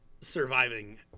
surviving